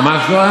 ממש לא?